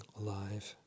alive